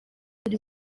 buri